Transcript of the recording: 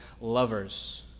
lovers